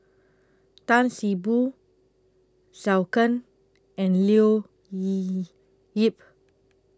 Tan See Boo Zhou Can and Liu Leo Yip